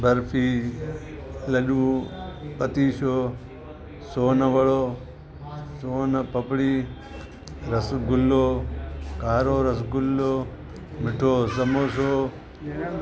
बर्फी लॾूं पतीशो सोनवड़ो सोनपापड़ी रसगुल्लो कारो रसगुल्लो मिठो समोसो